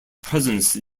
presence